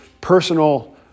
personal